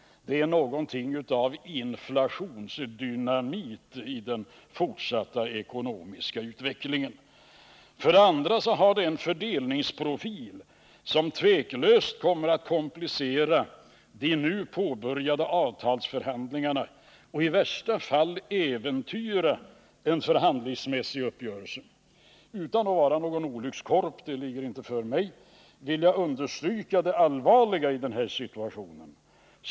Det är någonting av inflationsdynamit i den fortsatta ekonomiska utvecklingen. För det andra har det en fördelningsprofil som tveklöst kommer att komplicera de påbörjade avtalsförhandlingarna och i värsta fall äventyra en förhandlingsmässig uppgörelse. Utan att vara olyckskorp — det ligger inte för mig — vill jag understryka det allvarliga i denna situation.